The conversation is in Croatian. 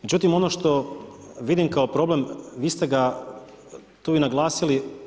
Međutim ono što vidim kao problem, vi ste ga tu i naglasili.